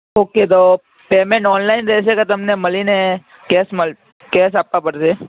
okay તો payment online રહેશે કે તમને મળીને કૅશ મલ કૅશ આપવા પડશે